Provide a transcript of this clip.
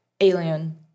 Alien